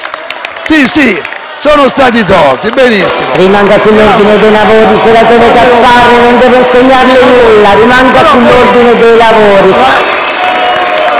Sì, sono stati tolti: benissimo...